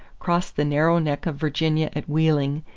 crossed the narrow neck of virginia at wheeling,